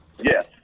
Yes